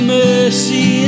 mercy